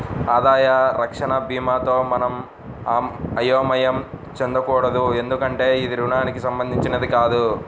ఆదాయ రక్షణ భీమాతో మనం అయోమయం చెందకూడదు ఎందుకంటే ఇది రుణానికి సంబంధించినది కాదు